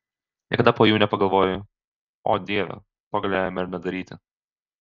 niekada po jų nepagalvoju o dieve to galėjome ir nedaryti